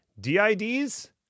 DIDs